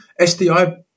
SDI